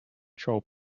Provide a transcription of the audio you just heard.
troll